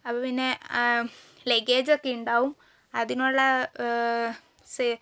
അപ്പോൾപ്പിന്നെ ലെഗേജൊക്കെ ഉണ്ടാവും അതിനുള്ള